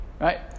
Right